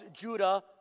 Judah